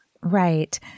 Right